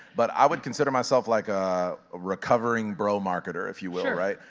but i would consider myself like a recovering bro marketer, if you will, right?